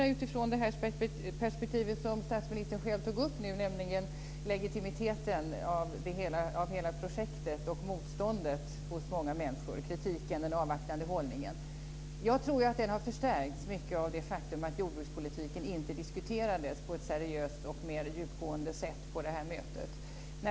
Jag väljer i stället snarare det perspektiv som statsministern nu själv tog upp, nämligen hela projektets legitimitet och många människors motstånd, kritik och avvaktande hållning. Jag tror att denna hållning i mycket har förstärkts av det faktum att jordbrukspolitiken inte diskuterades på ett seriöst och djupgående sätt på det här mötet.